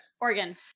Oregon